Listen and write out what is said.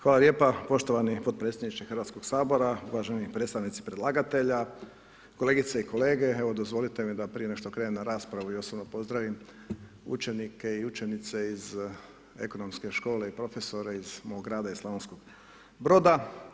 Hvala lijepo, poštovani potpredsjedniče Hrvatskog sabora, uvaženi predstavnici predlagatelja, kolegice i kolege, evo dozvolite mi da prije nego što krene rasprava, ja osobno pozdravim, učenice i učenike iz ekonomske škole i profesore iz mog grada iz Slavonskog Broda.